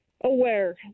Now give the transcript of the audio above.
aware